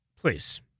Please